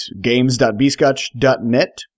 games.bscotch.net